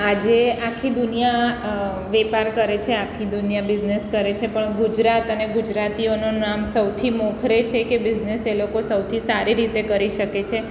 આજે આખી દુનિયા વેપાર કરે છે આખી દુનિયા બિઝનેસ કરે છે પણ ગુજરાત અને ગુજરાતીઓનું નામ સૌથી મોખરે છે કે બિઝનેસ એ લોકો સૌથી સારી રીતે કરી શકે છે